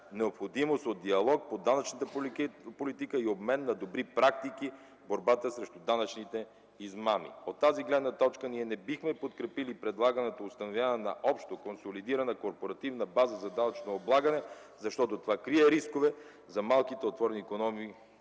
необходимост от диалог по данъчната политика и обмен на добри практики в борбата срещу данъчните измами. От тази гледна точка ние не бихме подкрепили предлаганата и установяване на общо консолидирана корпоративна база за данъчно облагане, защото това крие рискове за малките отворени икономики